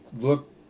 look